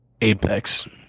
Apex